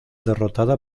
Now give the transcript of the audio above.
derrotada